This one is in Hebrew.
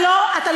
אתה לא בדקת,